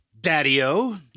daddy-o